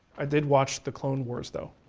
i did watch the clone wars though.